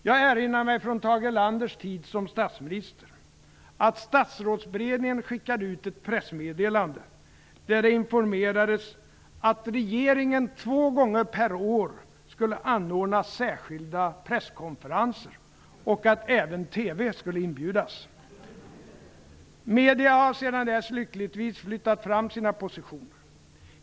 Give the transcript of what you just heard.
Jag erinrar mig från Tage Erlanders tid som statsminister att statsrådsberedningen skickade ut ett pressmeddelande där det informerades om att regeringen två gånger per år skulle anordna särskilda presskonferenser och att även TV skulle inbjudas. Medierna har sedan dess lyckligtvis flyttat fram sina positioner.